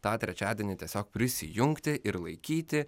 tą trečiadienį tiesiog prisijungti ir laikyti